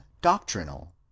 doctrinal